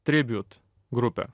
tribiut grupę